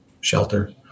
shelter